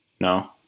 No